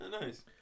Nice